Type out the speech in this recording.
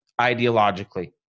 ideologically